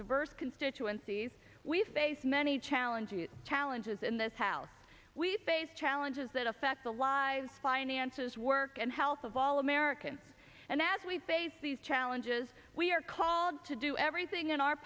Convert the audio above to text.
diverse constituencies we face many challenges challenges in this house we face challenges that affect the lives finances work and health of all americans and as we face these challenges we are called to do everything in our